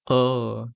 oh